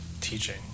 teaching